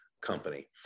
company